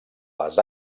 les